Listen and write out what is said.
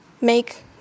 make